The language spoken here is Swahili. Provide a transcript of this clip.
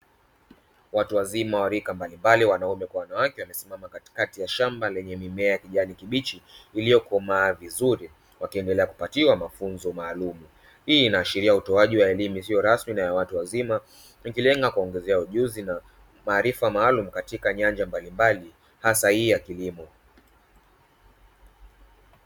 Watu wazima wa rika mbalimbali wanaume kwa wanawake wamesimama katikati ya shamba lenye mimea ya kijana kibichi iliyokomaa vizuri wakiendelea kupatiwa mafunzo maalumu. Hii inaashiria utoaji wa elimu isiyo rasmi na ya watu wazima ikilenga kuwaongezea ujuzi na maarifa maalumu katika nyanja mbalimbali hasa hii ya kilimo.